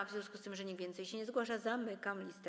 W związku z tym, że nikt więcej się nie zgłasza, zamykam listę.